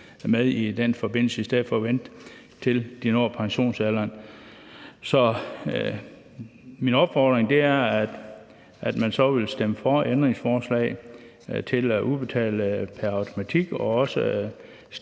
i den forbindelse, i stedet for at de skal vente, til de når pensionsalderen. Så min opfordring er, at man så stemmer for et ændringsforslag om at udbetale pengene pr. automatik, og